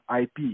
IP